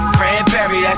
Cranberry